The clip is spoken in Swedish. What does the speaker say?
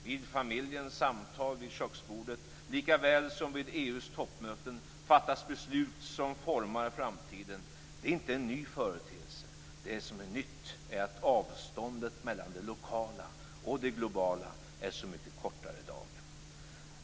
Vid familjens samtal vid köksbordet, lika väl som vid EU:s toppmöten, fattas beslut som formar framtiden. Det är inte någon ny företeelse. Det som är nytt är att avståndet mellan det lokala och det globala är så mycket kortare i dag.